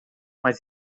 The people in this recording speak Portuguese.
mas